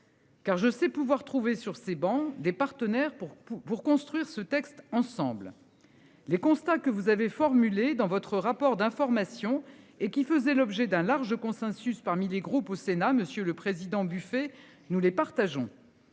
Car je sais pouvoir trouver sur ces bancs des partenaires pour pour pour construire ce texte ensemble. Les constats que vous avez formulées dans votre rapport d'information et qui faisait l'objet d'un large consensus parmi les groupes au Sénat. Monsieur le Président buffet, nous les partageons.--